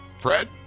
Fred